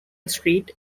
street